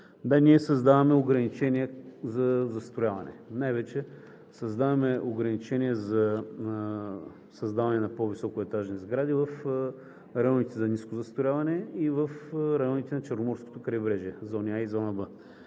ние създаваме ограничения за застрояване, най-вече създаваме ограничения за създаване на по-високоетажни сгради в районите за ниско застрояване и в районите на Черноморското крайбрежие – зона „А“ и зона „Б“.